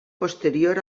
posterior